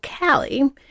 Callie